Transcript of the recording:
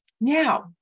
Now